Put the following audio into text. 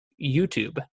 YouTube